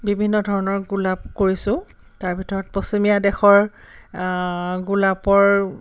বিভিন্ন ধৰণৰ গোলাপ কৰিছোঁ তাৰ ভিতৰত পশ্চিমীয়া দেশৰ গোলাপৰ